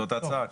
זאת כרגע ההצעה.